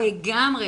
לגמרי,